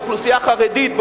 באוכלוסייה חרדית,